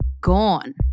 Gone